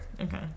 Okay